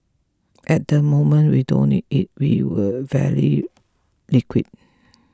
at the moment we don't need it we were very liquid